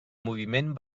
moviment